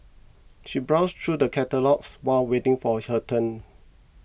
she browsed through the catalogues while waiting for her turn